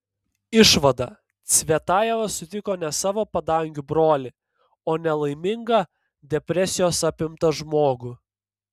išvada cvetajeva sutiko ne savo padangių brolį o nelaimingą depresijos apimtą žmogų